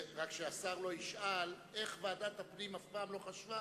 רק שהשר לא ישאל איך ועדת הפנים אף פעם לא חשבה